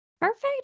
Perfect